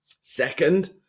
Second